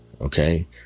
Okay